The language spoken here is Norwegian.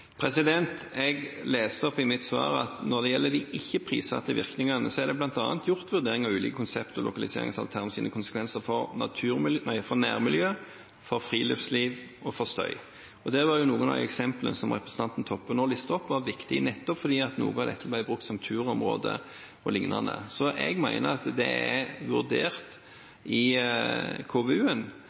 Jeg leste opp i mitt svar at når det gjelder de ikke prissatte virkningene, er det bl.a. gjort vurderinger av de ulike konsept- og lokaliseringsalternativenes konsekvenser for nærmiljø, friluftsliv og støy. Noen av de eksemplene representanten Toppe nå listet opp, var viktige nettopp fordi noe av dette ble brukt som turområde o.l. Så jeg mener at det er vurdert i